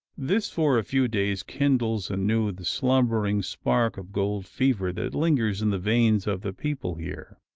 this for a few days kindles anew the slumbering spark of gold fever that lingers in the veins of the people here,